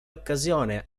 occasione